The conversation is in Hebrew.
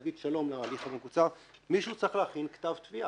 להגיד שלום להליך המקוצר מישהו צריך להכין כתב תביעה.